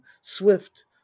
swift